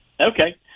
Okay